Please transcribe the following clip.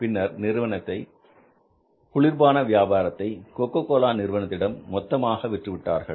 பின்னர் நிறுவனத்தை நிறுவனத்தின் குளிர்பான வியாபாரத்தை கொக்கோகோலா நிறுவனத்திடம் மொத்தமாக விற்றுவிட்டார்கள்